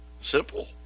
Simple